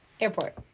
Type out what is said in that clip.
airport